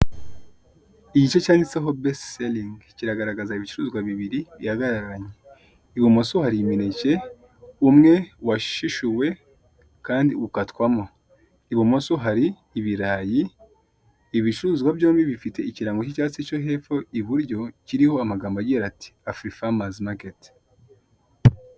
Igice cyanditseho besiti selingi kiragaragaza ibicuruzwa bibiri bihagararanye, ibumoso hari imineke umwe washishuwe kandi ukatwamo, ibumoso hari ibirayi. Ibi bicuruzwa byombi bifite ikirango cy'icyatsi cyo hepfo iburyo kiriho amagambo agira ati "AFRI FARMERS MARKET".